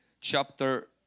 chapter